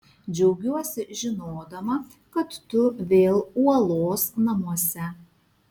džiaugiuosi žinodama kad tu vėl uolos namuose